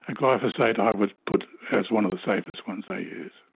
ah glyphosate i would put as one of the safest ones they use.